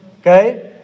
okay